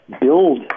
build